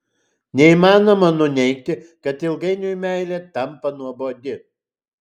neįmanoma nuneigti kad ilgainiui meilė tampa nuobodi